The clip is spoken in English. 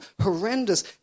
horrendous